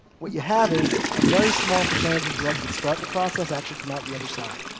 what you have is a very small percentage of drugs that start the process actually come out the other side.